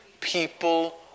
people